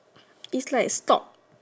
is like stock